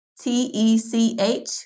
T-E-C-H